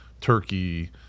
Turkey